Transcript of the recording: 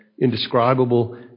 indescribable